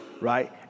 right